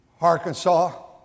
Arkansas